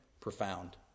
profound